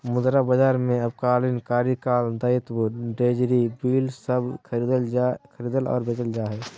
मुद्रा बाजार में अल्पकालिक कार्यकाल दायित्व ट्रेज़री बिल सब खरीदल और बेचल जा हइ